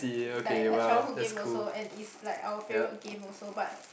like a childhood game also and it's like our favourite game also but